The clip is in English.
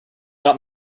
not